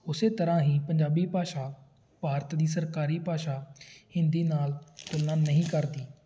ਉਸੇ ਤਰ੍ਹਾਂ ਹੀ ਪੰਜਾਬੀ ਭਾਸ਼ਾ ਭਾਰਤ ਦੀ ਸਰਕਾਰੀ ਭਾਸ਼ਾ ਹਿੰਦੀ ਨਾਲ ਤੁਲਨਾ ਨਹੀਂ ਕਰਦੀ